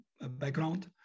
background